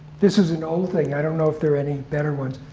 this is an old thing. i don't know if there are any better ones.